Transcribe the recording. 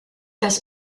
das